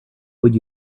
would